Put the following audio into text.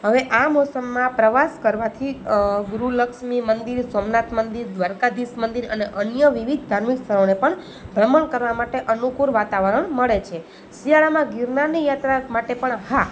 હવે આ મોસમમાં પ્રવાસ કરવાથી ગૃહ લક્ષ્મી મંદિર સોમનાથ મંદિર દ્વારકાધીશ મંદિર અને અન્ય વિવિધ ધાર્મિક સ્થળોને પણ ભ્રમણ કરવાં માટે અનુકૂળ વાતાવરણ મળે છે શિયાળામાં ગિરનારની યાત્રા માટે પણ હા